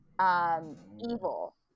Evil